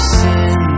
sin